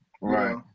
Right